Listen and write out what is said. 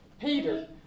Peter